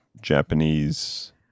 Japanese